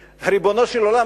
ריבונו של עולם,